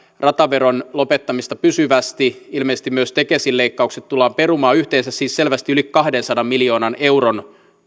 rataveron lopettamista pysyvästi ilmeisesti myös tekesin leikkaukset tullaan perumaan yhteensä siis selvästi yli kahdensadan miljoonan euron